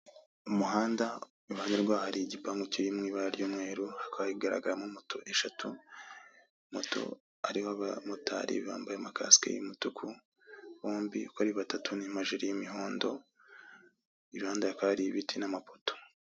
Umuhanda iruhande rwaho hari igipangu kiri mwibara ry'umweru hakaba hagaragaramo moto eshatu moto hariho abamotari bambaye amakasike y'umutuku bombi uko Ari batatu nimajire yimuhondo iruhande hakaba hari ibiti n'amapoto.